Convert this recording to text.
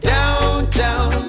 Downtown